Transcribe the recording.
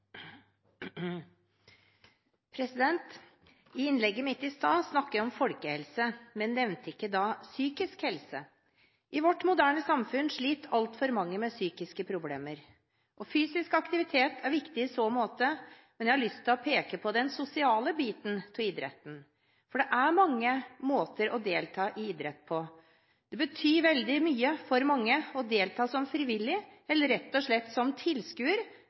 diskuteres. I innlegget mitt i stad snakket jeg om folkehelse, men nevnte ikke da psykisk helse. I vårt moderne samfunn sliter altfor mange med psykiske problemer. Fysisk aktivitet er viktig i så måte, men jeg har lyst til å peke på den sosiale biten av idretten, for det er mange måter å delta i idrett på. Det betyr veldig mye for mange å delta som frivillig eller rett og slett som tilskuer,